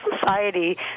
society